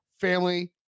family